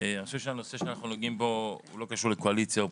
אני חושב שהנושא שאנחנו נוגעים בו הוא לא קשור לקואליציה/אופוזיציה,